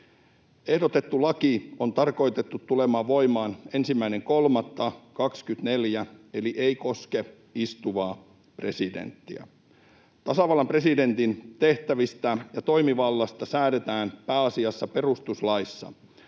Ehdotettu laki on tarkoitettu tulemaan voimaan 1.3.24, eli se ei koske istuvaa presidenttiä. Tasavallan presidentin tehtävistä ja toimivallasta säädetään pääasiassa perustuslaissa.